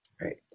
Right